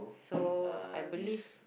so I believe